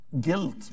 guilt